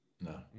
No